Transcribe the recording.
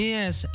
Yes